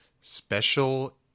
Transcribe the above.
special